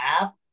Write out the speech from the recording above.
app